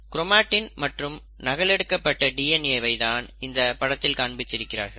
chromatin மற்றும் நகல் எடுக்கப்பட்ட டிஎன்ஏ வை தான் இந்த படத்தில் காண்பித்திருக்கிறார்கள்